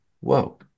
whoa